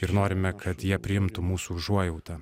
ir norime kad jie priimtų mūsų užuojautą